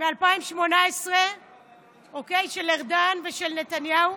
מ-2018 של ארדן ושל נתניהו,